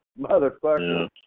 motherfucker